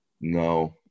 No